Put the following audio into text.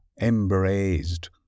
embraced